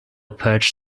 perch